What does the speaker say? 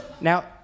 Now